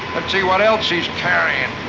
let's see what else he's carrying.